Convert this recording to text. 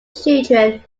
children